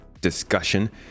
discussion